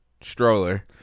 stroller